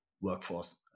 workforce